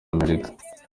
amerika